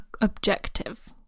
objective